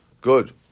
Good